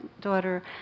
daughter